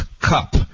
cup